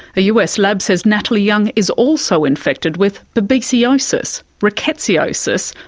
a us lab says natalie young is also infected with babesiosis, rickettsiosis,